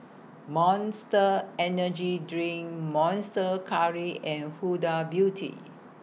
Monster Energy Drink Monster Curry and Huda Beauty